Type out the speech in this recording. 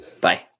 bye